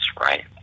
right